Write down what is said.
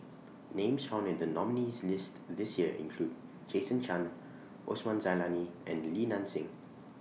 Names found in The nominees' list This Year include Jason Chan Osman Zailani and Li Nanxing